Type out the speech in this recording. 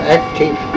active